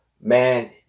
Man